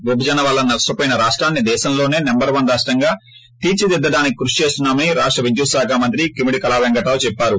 విభజన వల్ల నష్టపోయిన రాష్టాన్ని దేశంలోనే నెంబర్ వన్ రాష్టంగా తీర్చిదిద్దడానికి కృషి చేస్తున్నామని రాష్ట్ర విధ్యుత్ శాఖా మంత్రి కిమిడి కళా పెంకటరావు చెప్పారు